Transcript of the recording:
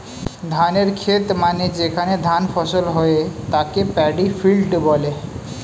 ধানের খেত মানে যেখানে ধান ফসল হয়ে তাকে প্যাডি ফিল্ড বলে